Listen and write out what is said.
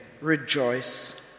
Rejoice